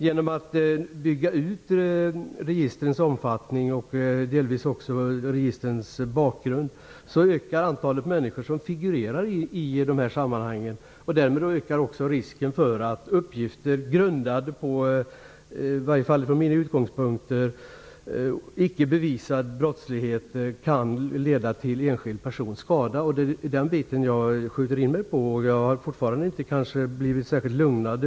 Genom att bygga ut registrens omfattning och delvis också registrens bakgrund ökar antalet människor som figurerar i dessa sammanhang. Därmed ökar också risken för att uppgifter grundade på icke bevisad brottslighet - i varje fall från mina utgångspunkter - kan leda till enskild persons skada. Det är det jag skjuter in mig på. Jag har fortfarande inte blivit särskilt lugnad.